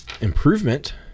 improvement